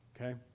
Okay